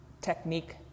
technique